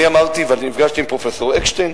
אני אמרתי, ואני נפגשתי עם פרופסור אקשטיין,